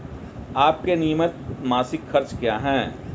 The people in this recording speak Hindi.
आपके नियमित मासिक खर्च क्या हैं?